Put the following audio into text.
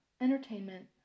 entertainment